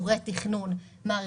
שנים.